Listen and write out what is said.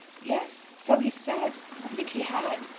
yes so he said. i think he had.